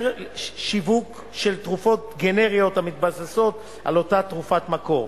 שיווק של תרופות גנריות המתבססות על אותה תרופת מקור.